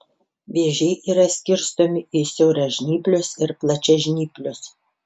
vėžiai yra skirstomi į siauražnyplius ir plačiažnyplius